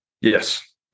Yes